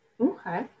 Okay